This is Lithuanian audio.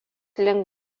link